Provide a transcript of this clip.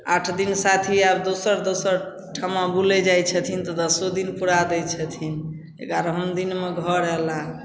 आठ दिन साथी आब दोसर दोसर ठाम बुलै जाइ छथिन तऽ दसो दिन पुरा दै छथिन एगारहम दिनमे घर अएलाह